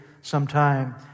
sometime